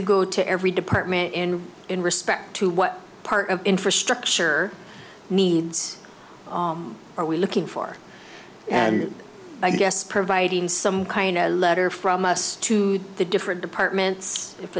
to go to every department in in respect to what part of infrastructure needs are we looking for and i guess providing some kind of a letter from us to the different departments if